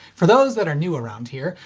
for those that are new around here,